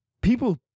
people